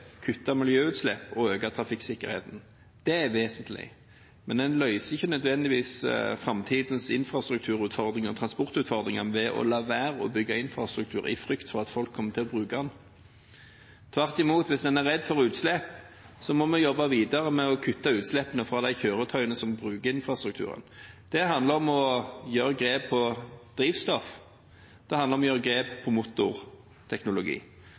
kutte miljøutslipp og øke trafikksikkerheten, det er vesentlig. Men en løser ikke nødvendigvis framtidens infrastrukturutfordringer og transportutfordringer ved å la være å bygge infrastruktur i frykt for at folk kommer til å bruke den – tvert imot. Hvis en er redd for utslipp, må vi jobbe videre med å kutte utslippene fra de kjøretøyene som bruker infrastrukturen. Det handler om å gjøre grep på drivstoff og motorteknologi. Den forrige regjeringen gjorde mye på